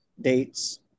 dates